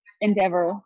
endeavor